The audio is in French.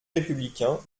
républicains